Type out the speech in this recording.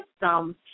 system